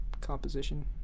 composition